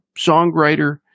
songwriter